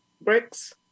Bricks